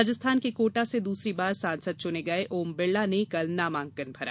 राजस्थान के कोटा से दूसरी बार सांसद चुने गए ओम बिड़ला ने कल नामांकन भरा